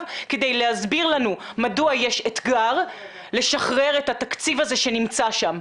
כדי להסביר לנו מדוע יש אתגר לשחרר את התקציב הזה שנמצא שם.